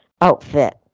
outfit